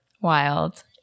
Wild